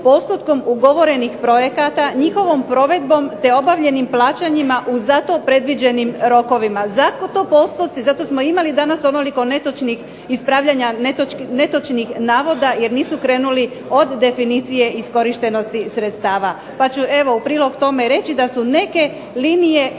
postotkom ugovorenih projekata njihovom provedbenom te obavljenim plaćanjima u zato predviđenim rokovima. Zato postoci, zato to smo imali danas ovoliko netočnih ispravljanja netočnih navoda jer nisu krenuli od definicije iskorištenosti sredstava. Pa ću evo u prilog tome reći da su neke linije